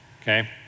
Okay